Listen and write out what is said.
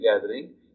gathering